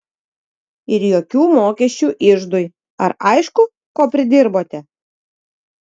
ir jokių mokesčių iždui ar aišku ko pridirbote